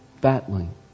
battling